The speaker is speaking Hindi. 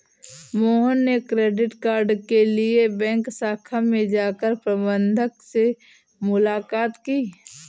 मोहन ने क्रेडिट कार्ड के लिए बैंक शाखा में जाकर प्रबंधक से मुलाक़ात की